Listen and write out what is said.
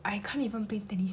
I can't even play tennis